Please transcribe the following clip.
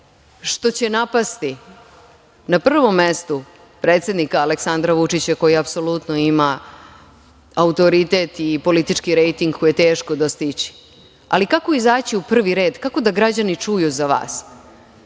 što će napasti, na prvom mestu, predsednika Aleksandra Vučića koji apsolutno ima autoritet i politički rejting koji je teško dostići, ali kako izaći u prvi red, kako da građani čuju za vas